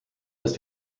ist